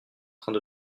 train